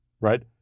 right